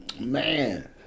Man